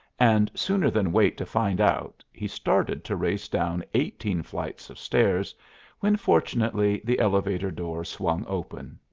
and sooner than wait to find out he started to race down eighteen flights of stairs when fortunately the elevator-door swung open.